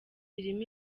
birimo